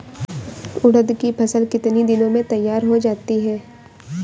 उड़द की फसल कितनी दिनों में तैयार हो जाती है?